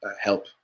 help